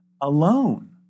alone